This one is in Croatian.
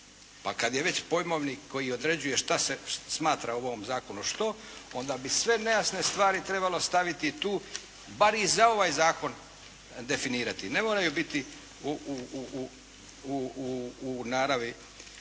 a kad je već pojmovnik koji određuje šta se smatra u ovom zakonu što onda bi sve nejasne stvari trebalo staviti tu bar i za ovaj zakon definirati, ne moraju biti u naravi.